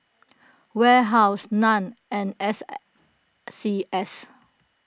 Warehouse Nan and S C S